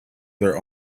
their